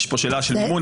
יש פה שאלה של מימון,